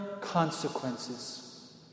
consequences